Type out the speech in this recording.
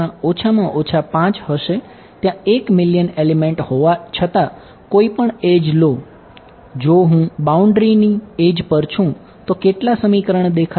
દરેક સમીકરણ દેખાશે